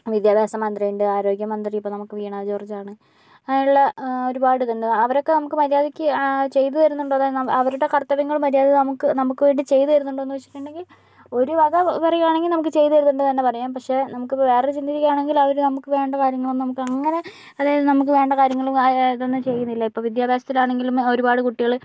വിദ്യാഭ്യാസ മന്ത്രിയുണ്ട് ആരോഗ്യ മന്ത്രി ഇപ്പോൾ നമുക്ക് വീണ ജോർജാണ് അങ്ങനെയുള്ള ഒരുപാടിതുണ്ട് അവരൊക്കെ നമുക്ക് മര്യാദക്ക് ചെയ്തു തരുന്നുണ്ടോ അവരുടെ കർത്തവ്യങ്ങൾ മര്യാദക്ക് നമുക്കു നമുക്ക് വേണ്ടി ചെയ്തു തരുന്നുണ്ടോന്നു ചോദിച്ചിട്ടുണ്ടെങ്കിൽ ഒരു വക പറയാണെങ്കി നമുക്ക് ചെയ്തു തരുന്നുണ്ട് എന്ന് തന്നെ പറയാം പക്ഷെ നമുക്ക് വേറെ ചിന്തിക്കുകയാണെങ്കിൽ അവര് നമുക്ക് വേണ്ട കാര്യങ്ങളൊന്നും നമുക്കെങ്ങനെ അതായത് നമുക്ക് വേണ്ട കാര്യങ്ങളും അതൊന്നും ചെയ്യുന്നില്ല ഇപ്പോൾ വിദ്യാഭ്യാസത്തിലാണെങ്കിലും ഒരുപാട് കുട്ടികള്